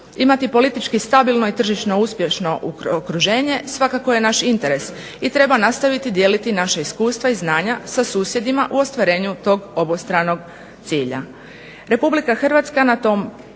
Imati politički stabilno i tržišno uspješno okruženje, svakako je naš interes, i treba nastaviti dijeliti naša iskustva i znanja sa susjedima u ostvarenju tog obostranog cilja.